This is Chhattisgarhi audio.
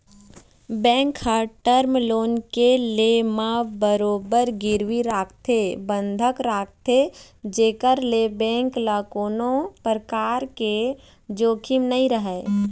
बेंक ह टर्म लोन के ले म बरोबर गिरवी रखथे बंधक रखथे जेखर ले बेंक ल कोनो परकार के जोखिम नइ रहय